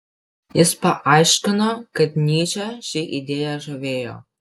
jis paaiškino kad nyčę ši idėja žavėjo